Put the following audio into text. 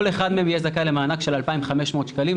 כל אחד מהם יהיה זכאי למענק של 2,500 שקלים,